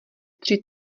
tři